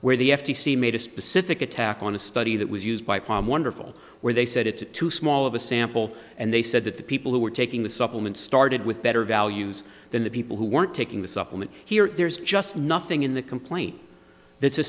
where the f t c made a specific attack on a study that was used by palm wonderful where they said it's too small of a sample and they said that the people who were taking the supplement started with better values than the people who weren't taking the supplement here there's just nothing in the complaint that's a